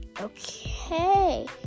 Okay